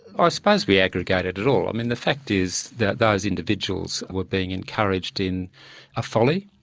i suppose we aggregated it all. i mean the fact is that those individuals were being encouraged in a folly,